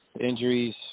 injuries